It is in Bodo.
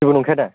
जेबो नंखाया दा